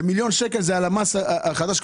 מיליון שקל זה רק מהמס החדש?